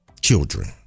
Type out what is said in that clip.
children